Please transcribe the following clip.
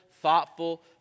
thoughtful